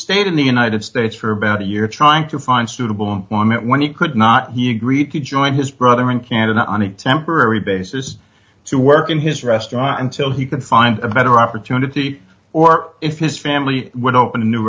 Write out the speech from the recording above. stayed in the united states for about a year trying to find suitable employment when he could not he agreed to join his brother in canada on a temporary basis to work in his restaurant until he could find a better opportunity or if his family would open a new